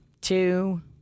two